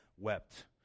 wept